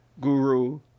guru